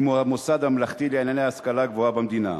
המוסד הממלכתי לענייני השכלה גבוהה במדינה,